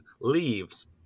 leaves